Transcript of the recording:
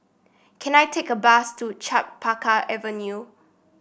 can I take a bus to Chempaka Avenue